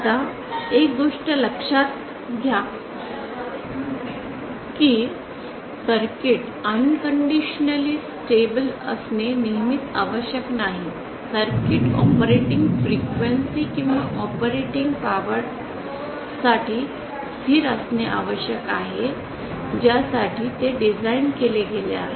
आता एक गोष्ट लक्षात घ्या की सर्किट बिनशर्त स्थिर असणे नेहमीच आवश्यक नाही सर्किट ऑपरेटिंग फ्रिक्वेन्सी किंवा ऑपरेटिंग पॉवर्ससाठी स्थिर असणे आवश्यक आहे ज्यासाठी ते डिझाइन केले गेले आहे